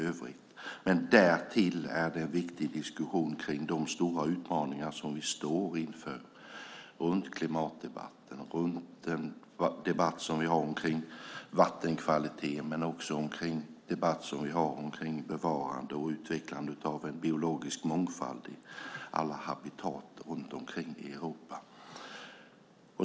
Det är också en viktig diskussion om de stora utmaningar vi står inför när det gäller klimatet, vattenkvaliteten och bevarandet och utvecklandet av en biologisk mångfald i alla habitat i Europa.